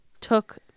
took